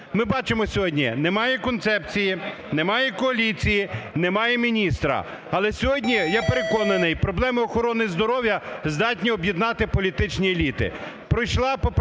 Ми бачимо, сьогодні немає концепції, немає коаліції, немає міністра. Але сьогодні, я переконаний, проблема охорони здоров'я здатна об'єднати політичні еліти.